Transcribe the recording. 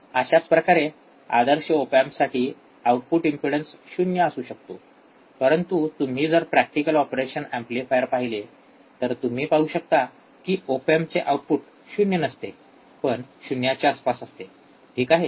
अशाच प्रकारे आदर्श ओप एम्पसाठी आउटपुट इम्पेडन्स शून्य असू शकतो परंतु तुम्ही जर प्रॅक्टिकल ऑपरेशन एम्प्लीफायर पाहिले तर तुम्ही पाहू शकता कि ओप एम्पचे आउटपुट शून्य नसते पण शून्याच्या आसपास असते ठीक आहे